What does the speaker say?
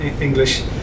English